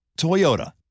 Toyota